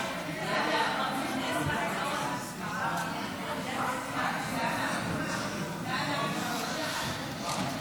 ההצעה להעביר את הצעת חוק הבנקאות (שירות ללקוח)